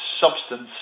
substance